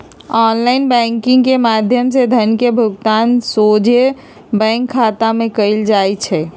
online banking के माध्यम से धन के भुगतान सोझे बैंक खता में कएल जाइ छइ